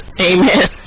Amen